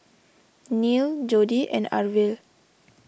Neil Jodi and Arvil